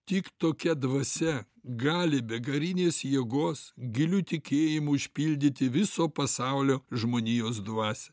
tik tokia dvasia gali begalinės jėgos giliu tikėjimu išpildyti viso pasaulio žmonijos dvasią